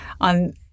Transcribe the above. on